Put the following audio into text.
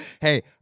hey